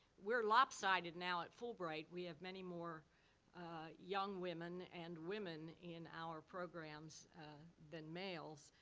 we're lopsided now at fulbright. we have many more young women and women in our programs than males.